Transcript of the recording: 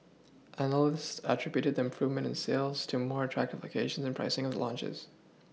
analysts attributed the improvement in sales to more attractive locations and pricing of the launches